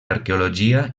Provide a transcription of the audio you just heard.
arqueologia